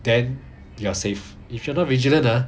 then you are safe if you are not vigilant ah